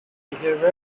behavior